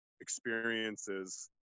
experiences